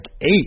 eight